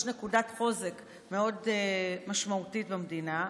יש נקודת חוזק מאוד משמעותית במדינה.